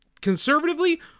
conservatively